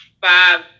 five